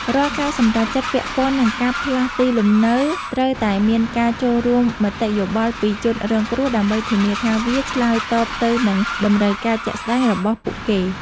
រាល់ការសម្រេចចិត្តពាក់ព័ន្ធនឹងការផ្លាស់ទីលំនៅត្រូវតែមានការចូលរួមមតិយោបល់ពីជនរងគ្រោះ ដើម្បីធានាថាវាឆ្លើយតបទៅនឹងតម្រូវការជាក់ស្តែងរបស់ពួកគេ។